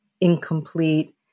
incomplete